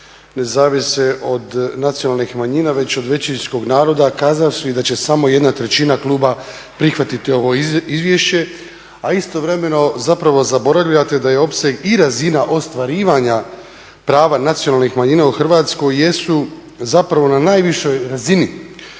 ne zavise od nacionalnih manjina već od većinskog naroda kazavši da će samo jedna trećina kluba prihvatiti ovo izvješće, a istovremeno zapravo zaboravljate da je opseg i razina ostvarivanja prava nacionalnih manjina u Hrvatskoj jesu zapravo na najvišoj razini